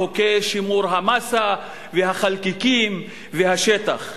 חוקי שימור המאסה והחלקיקים והשטח.